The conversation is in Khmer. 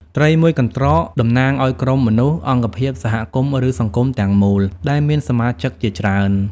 ត្រីមួយកន្រ្តក តំណាងឲ្យ ក្រុមមនុស្ស អង្គភាព សហគមន៍ ឬ សង្គម ទាំងមូល ដែលមានសមាជិកជាច្រើន។